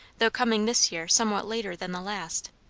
though coming this year somewhat later than the last,